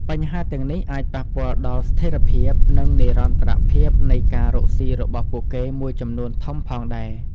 បញ្ហាទាំងនេះអាចប៉ះពាល់ដល់ស្ថិរភាព និងនិរន្តរភាពនៃការរកស៊ីរបស់ពួកគេមួយចំនួនធំផងដែរ ។